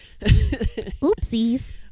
oopsies